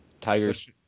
Tiger's